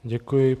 Děkuji.